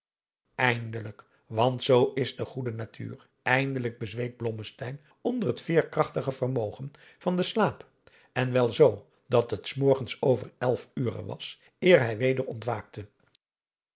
eindelijk want zoo is de goede natuur eindelijk bezweek blommesteyn onder het veerkrachtige vermogen van den slaap en wel zoo dat het s morgens over elf ure was eer hij weer ont